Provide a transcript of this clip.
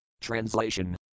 Translation